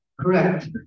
Correct